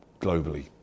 globally